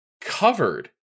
covered